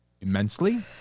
immensely